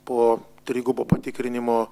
po trigubo patikrinimo